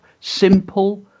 Simple